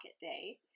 Day